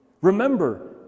Remember